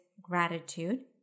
gratitude